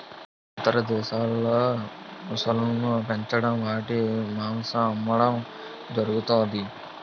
ఇతర దేశాల్లో మొసళ్ళను పెంచడం వాటి మాంసం అమ్మడం జరుగుతది